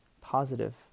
positive